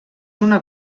una